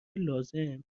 لازم